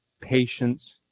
patience